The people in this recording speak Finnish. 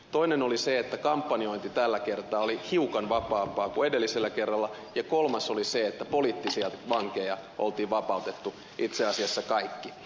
toinen oli se että kampanjointi tällä kertaa oli hiukan vapaampaa kuin edellisellä kerralla ja kolmas oli se että poliittisia vankeja oli vapautettu itse asiassa kaikki